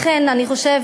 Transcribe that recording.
לכן אני חושבת,